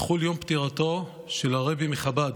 יחול יום פטירתו של הרבי מחב"ד,